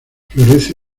florece